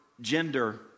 gender